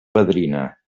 fadrina